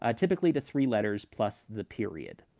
ah typically to three letters plus the period.